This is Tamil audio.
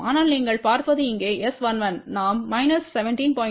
ஆனால் நீங்கள் பார்ப்பது இங்கே S11நாம் 17